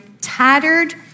tattered